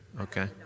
okay